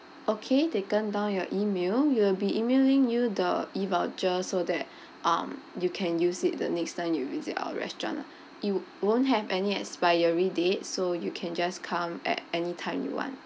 okay taken down your email we'll be emailing you the e voucher so that um you can use it the next time you visit our restaurant it won't have any expiry date so you can just come at anytime you want